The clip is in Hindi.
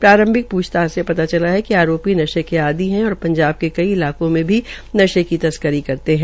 प्रांरभिक पूछताछ से पता चला है कि अरोपी नशे की आदी है और पंजाब के कई इलाकों में भी नशे की तस्करी करते है